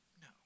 no